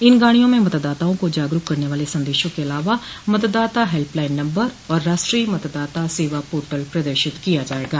इन गाडियों में मतदाताओं को जागरूक करने वाले संदेशों के ैअलावा मतदाता हेल्पलाइन नम्बर और राष्ट्रीय मतदाता सेवा पोर्टल प्रदर्शित किया जाएगा